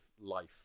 life